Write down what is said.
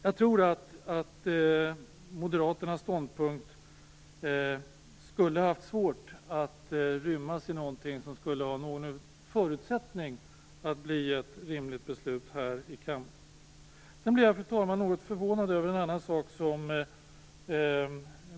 Jag tror att moderaternas ståndpunkt svårligen skulle ha rymts i något som hade haft förutsättning att bli ett rimligt beslut här i kammaren. Fru talman! Jag blir också något förvånad över en annan sak.